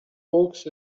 hawks